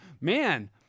man